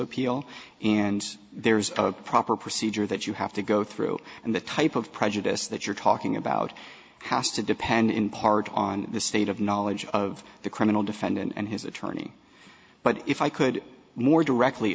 appeal and there's a proper procedure that you have to go through and the type of prejudice that you're talking about has to depend in part on the state of knowledge of the criminal defendant and his attorney but if i could more directly